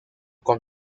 con